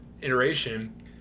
iteration